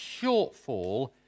shortfall